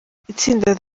itsinda